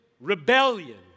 rebellion